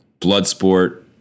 Bloodsport